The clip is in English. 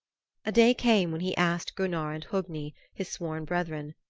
a day came when he asked gunnar and hogni, his sworn brethren,